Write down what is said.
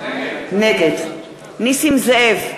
נגד נסים זאב,